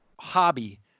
hobby